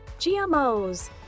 GMO's